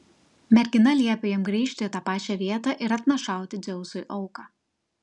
mergina liepė jam grįžti į tą pačią vietą ir atnašauti dzeusui auką